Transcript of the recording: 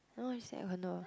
no he stay at condo